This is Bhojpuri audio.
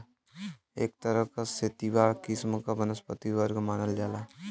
एक तरह क सेतिवा किस्म क वनस्पति वर्ग मानल जाला